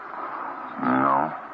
No